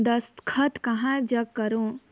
दस्खत कहा जग करो?